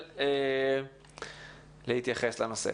להתייחס לנושא.